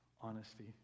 Honesty